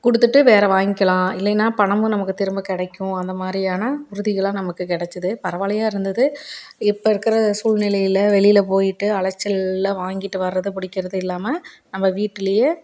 கொடுத்துட்டு வேறு வாங்கிக்கலாம் இல்லைன்னால் பணமும் நமக்கு திரும்ப கிடைக்கும் அந்த மாதிரியான உறுதிகளெலாம் நமக்கு கிடைச்சிது பரவாயில்லையா இருந்தது இப்போ இருக்கிற சூழ்நிலையில் வெளியில் போய்கிட்டு அலைச்சலில் வாங்கிட்டு வர்றது பிடிக்கிறது இல்லாமல் நம்ம வீட்லேயே